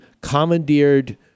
commandeered